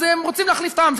אז הם רוצים להחליף את העם.